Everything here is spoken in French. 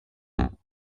deux